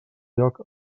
lloc